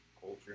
culture